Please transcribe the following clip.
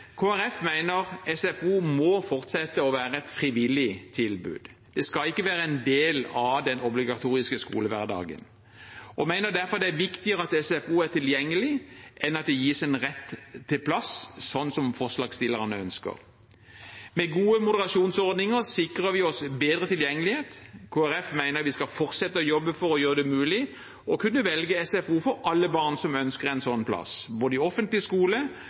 SFO må fortsette å være et frivillig tilbud. Det skal ikke være en del av den obligatoriske skolehverdagen. Vi mener derfor det er viktigere at SFO er tilgjengelig enn at det gis en rett til plass, slik forslagsstillerne ønsker. Med gode moderasjonsordninger sikrer vi oss bedre tilgjengelighet. Kristelig Folkeparti mener vi skal fortsette å jobbe for å gjøre det mulig å kunne velge SFO for alle barn som ønsker en sånn plass, både i offentlig skole